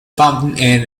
fountain